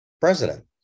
president